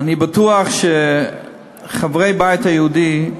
אני בטוח שחברי הבית היהודי,